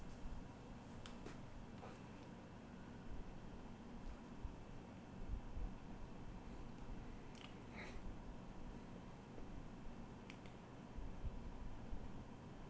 oh